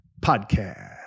Podcast